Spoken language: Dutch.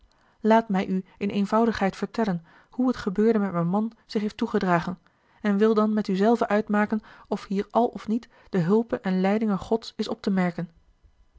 laat mij u in eenvoudigheid vertellen hoe het gebeurde met mijn man zich heeft toegedragen en wil dan met u zelven uitmaken of hier al of niet de hulpe en leidinge gods is op te merken